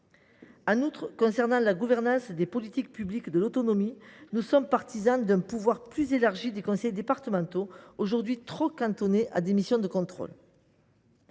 En outre, concernant la gouvernance des politiques publiques de l’autonomie, nous sommes partisans d’un pouvoir plus élargi des conseils départementaux, aujourd’hui cantonnés à des missions de contrôle.